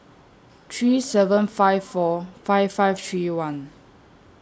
three seven five four five five three one